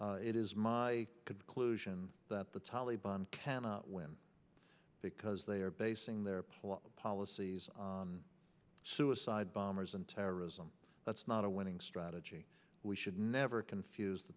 iraq it is my conclusion that the taliban cannot win because they are basing their plot policies suicide bombers and terrorism that's not a winning strategy we should never confuse the